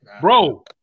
Bro